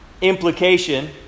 Implication